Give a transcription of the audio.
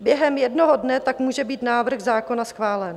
Během jednoho dne tak může být návrh zákona schválen.